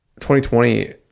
2020